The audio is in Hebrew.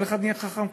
כל אחד נהיה חכם?